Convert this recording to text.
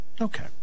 Okay